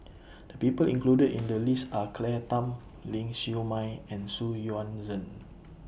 The People included in The list Are Claire Tham Ling Siew May and Xu Yuan Zhen